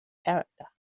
character